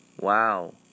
wow